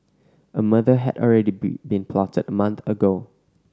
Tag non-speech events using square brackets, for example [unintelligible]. a murder had already [unintelligible] been plotted a month ago